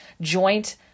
joint